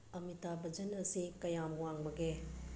ꯑꯃꯤꯇꯥ ꯕꯆꯟ ꯑꯁꯤ ꯀꯌꯥꯝ ꯋꯥꯡꯕꯒꯦ